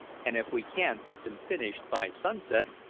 and if we can't get them finished by sunset,